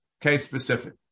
case-specific